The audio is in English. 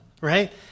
right